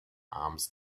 arms